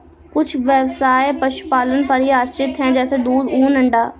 कुछ ब्यवसाय पशुपालन पर ही आश्रित है जैसे दूध, ऊन, अंडा